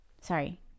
sorry